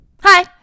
hi